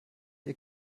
ihr